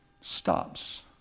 stops